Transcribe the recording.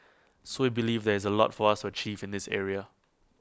so we believe there is A lot for us to achieve in this area